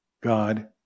God